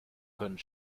können